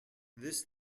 this